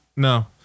No